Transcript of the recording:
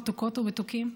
מתוקות ומתוקים,